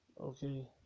okay